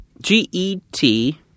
G-E-T